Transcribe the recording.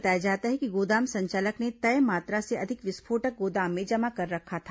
बताया जाता है कि गोदाम संचालक ने तय मात्रा से अधिक विस्फोटक गोदाम में जमा कर रखा था